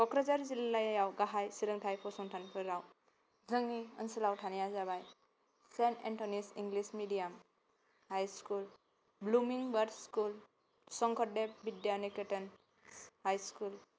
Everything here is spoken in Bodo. क'क्राझार जिल्लायाव गाहाय सोलोंथाइ फसंथानफोराव जोंनि ओनसोलाव थानाया जाबाय Saint Anthony's English medium high school blooming bud school Sankardev Vidya Niketan high school